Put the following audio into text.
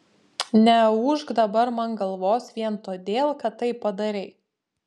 neūžk dabar man galvos vien todėl kad tai padarei